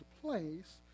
place